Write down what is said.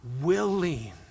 willing